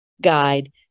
guide